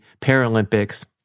Paralympics